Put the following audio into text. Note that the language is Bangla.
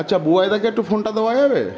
আচ্ছা বুবাইদাকে একটু ফোনটা দেওয়া যাবে